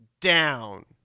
down